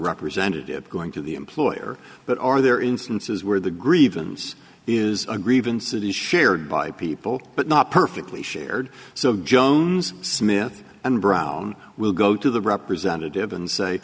representative going to the employer that are there instances where the grievance is a grievance that is shared by people but not perfectly shared so jones smith and brown will go to the representative and say